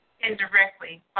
indirectly